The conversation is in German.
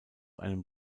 einem